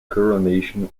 coronation